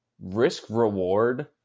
risk-reward